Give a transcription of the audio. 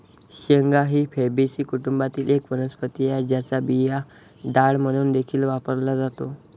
शेंगा ही फॅबीसी कुटुंबातील एक वनस्पती आहे, ज्याचा बिया डाळ म्हणून देखील वापरला जातो